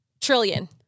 trillion